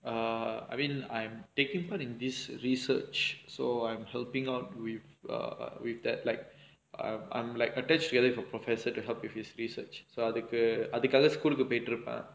err I mean I'm taking part in this research so I'm helping out with err with that like I'm like attach together for professor to help with his research so அதுக்கு அதுக்காக:athukku athukkaaga school போயிட்டிருப்பேன்:poyitturupaen